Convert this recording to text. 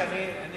מי מקנה?